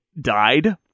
died